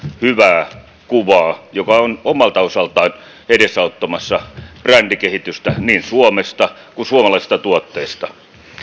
hyvää kuvaa joka on omalta osaltaan edesauttamassa brändikehitystä niin suomessa kuin suomalaisissa tuotteissa